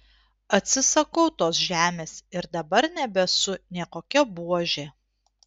atsisakau tos žemės ir dabar nebesu nė kokia buožė